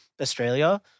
Australia